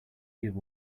give